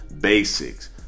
basics